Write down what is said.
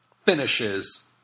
finishes